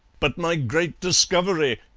but my great discovery!